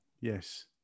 yes